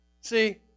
See